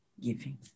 giving